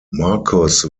marcus